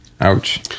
Ouch